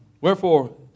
Wherefore